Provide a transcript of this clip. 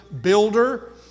builder